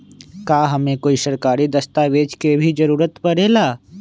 का हमे कोई सरकारी दस्तावेज के भी जरूरत परे ला?